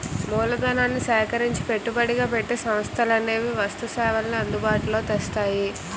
మూలధనాన్ని సేకరించి పెట్టుబడిగా పెట్టి సంస్థలనేవి వస్తు సేవల్ని అందుబాటులో తెస్తాయి